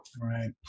right